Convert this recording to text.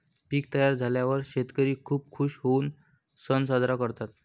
पीक तयार झाल्यावर शेतकरी खूप खूश होऊन सण साजरा करतात